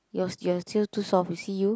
you are you are still too soft you see you